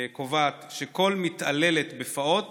קובעת שכל מתעללת בפעוט